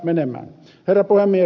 herra puhemies